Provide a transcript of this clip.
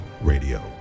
Radio